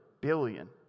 billion